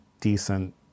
decent